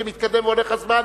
כי מתקדם והולך הזמן,